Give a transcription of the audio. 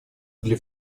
для